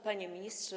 Panie Ministrze!